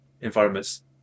environments